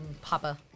papa